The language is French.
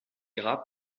gras